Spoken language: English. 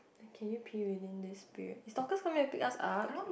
can you pee within this period is Dorcas coming to pick us up